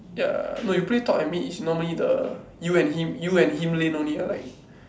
ya no you play top and mid is normally the you and him you and him lane only lah like